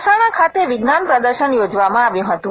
મહેસાણા ખાતે વિજ્ઞાન પ્રદર્શન યોજાવામાં આવ્યું હતું